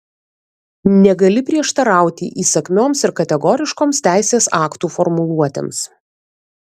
negali prieštarauti įsakmioms ir kategoriškoms teisės aktų formuluotėms